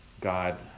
God